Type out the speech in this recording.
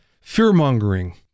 fear-mongering